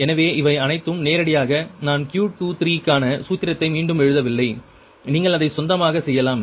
எனவே இவை அனைத்தும் நேரடியாக நான் Q23 க்கான சூத்திரத்தை மீண்டும் எழுதவில்லை நீங்கள் அதை சொந்தமாகச் செய்யலாம்